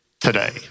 today